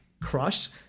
crushed